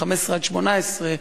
15 18,